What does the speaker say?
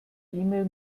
mail